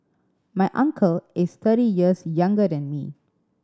my uncle is thirty years younger than me